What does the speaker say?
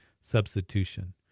substitution